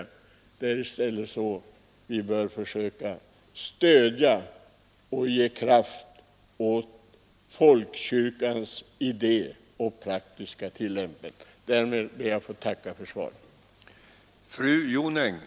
Det är i stället så att vi bör försöka stödja och ge kraft åt folkkyrkans idé i praktisk tillämpning. Därmed ber jag att än en gång få tacka för svaret.